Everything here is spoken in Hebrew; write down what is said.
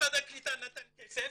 "משרד הקליטה נתן כסף"